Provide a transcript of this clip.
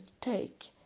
take